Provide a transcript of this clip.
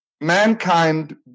mankind